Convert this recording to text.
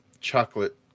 chocolate